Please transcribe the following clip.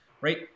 Right